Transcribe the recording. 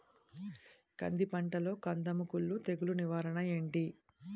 కంది పంటలో కందము కుల్లు తెగులు నివారణ ఏంటి?